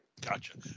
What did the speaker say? Gotcha